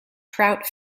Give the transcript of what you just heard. trout